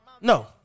No